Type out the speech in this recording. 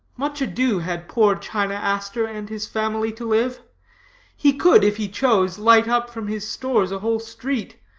much ado had poor china aster and his family to live he could, if he chose, light up from his stores a whole street,